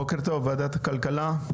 בוקר טוב ועדת הכלכלה,